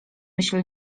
myśl